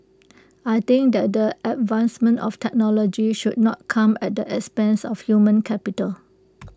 I think that the advancement of technology should not come at the expense of human capital